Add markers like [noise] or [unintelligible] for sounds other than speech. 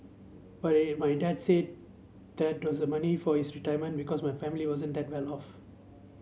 but [unintelligible] my dad said that was the money for his retirement because my family wasn't that well off